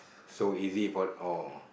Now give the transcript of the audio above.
so easy for all